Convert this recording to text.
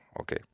okay